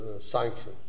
sanctions